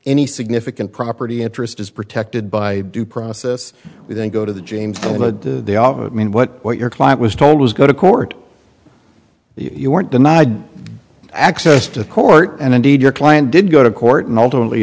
any significant property interest is protected by due process we then go to the james would they are i mean what what your client was told was go to court you weren't denied access to the court and indeed your client did go to court and ultimately